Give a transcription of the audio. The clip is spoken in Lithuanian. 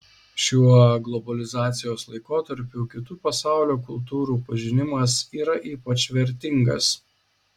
šiuo globalizacijos laikotarpiu kitų pasaulio kultūrų pažinimas yra ypač vertingas